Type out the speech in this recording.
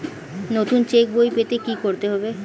নতুন চেক বই পেতে কী করতে হবে?